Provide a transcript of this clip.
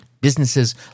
Businesses